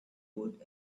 wood